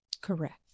Correct